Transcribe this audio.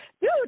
dude